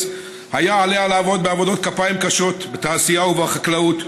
היה עליה לעבוד בעבודות כפיים קשות בתעשייה ובחקלאות,